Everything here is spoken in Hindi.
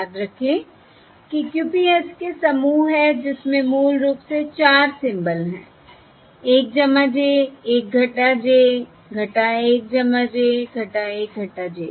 याद रखें कि QPSK समूह है जिसमें मूल रूप से 4 सिम्बल हैं 1 j 1 j 1 j 1 j सही